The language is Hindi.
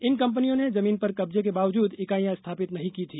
इन कंपनियों ने जमीन पर कब्जे के बावजूद इकाईयां स्थापित नहीं की थी